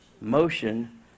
motion